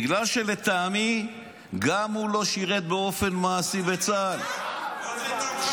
בגלל שלטעמי גם הוא לא שירת באופן מעשי בצה"ל ------ שנייה.